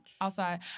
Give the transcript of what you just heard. outside